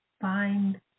find